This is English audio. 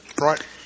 Right